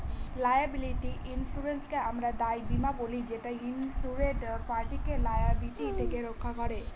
liability ইন্সুরেন্সকে আমরা দায় বীমা বলি যেটা ইন্সুরেড পার্টিকে লায়াবিলিটি থেকে রক্ষা করে